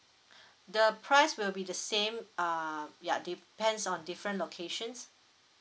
the price will be the same uh ya depends on different locations